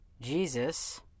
Jesus